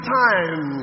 time